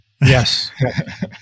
Yes